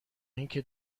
اینکه